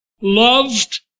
Loved